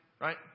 right